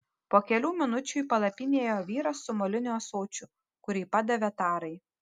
po kelių minučių į palapinę įėjo vyras su moliniu ąsočiu kurį padavė tarai